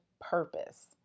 purpose